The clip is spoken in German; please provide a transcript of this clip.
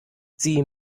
sie